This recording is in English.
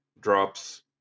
drops